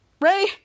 Ray